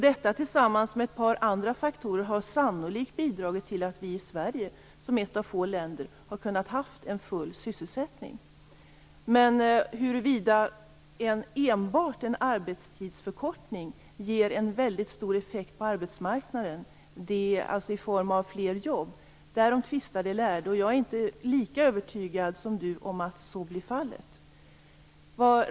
Detta tillsammans med ett par andra faktorer har sannolikt bidragit till att vi i Sverige som ett av få länder har kunnat ha full sysselsättning. Huruvida enbart en arbetstidsförkortning ger en mycket stor effekt på arbetsmarknaden i form av fler jobb, därom tvistar de lärde. Jag är inte lika övertygad som Birger Schlaug om att så blir fallet.